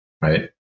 right